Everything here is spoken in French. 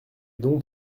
donc